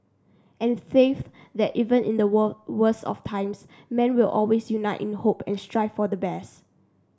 and faith that even in the worst of times man will always unite in hope and strive for the best